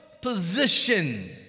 position